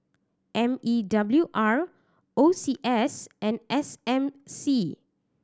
M E W R O C S and S M C